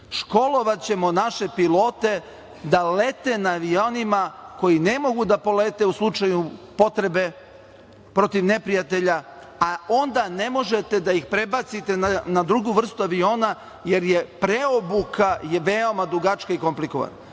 školovaćemo naše pilote da lete na avionima koji ne mogu da polete u slučaju potrebe protiv neprijatelja, a onda ne možete da ih prebacite na drugu vrstu aviona jer je preobuka veoma dugačka i komplikovana.